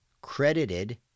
credited